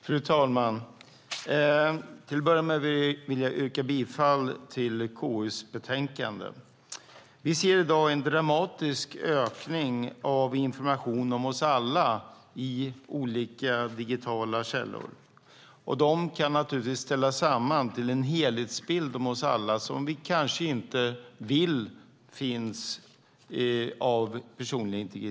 Fru talman! Till att börja med vill jag yrka bifall till förslaget i konstitutionsutskottets betänkande. Vi ser i dag en dramatisk ökning av information om oss alla i olika digitala källor. De kan naturligtvis ställas samman till en helhetsbild om oss som vi av personliga integritetsskäl kanske inte vill ska finnas.